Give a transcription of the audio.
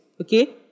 Okay